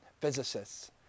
physicists